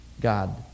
God